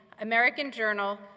american journal,